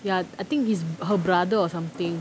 ya I think his her brother or something